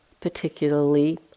particularly